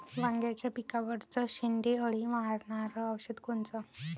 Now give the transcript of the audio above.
वांग्याच्या पिकावरचं शेंडे अळी मारनारं औषध कोनचं?